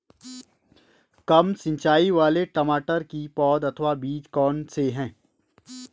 कम सिंचाई वाले टमाटर की पौध अथवा बीज कौन से हैं?